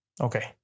Okay